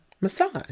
massage